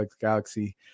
Galaxy